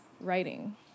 writing